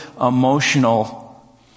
emotional